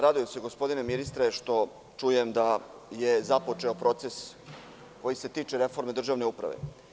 Radujem se gospodine ministre što čujem da je započeo proces koji se tiče reforme državne uprave.